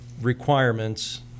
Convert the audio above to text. requirements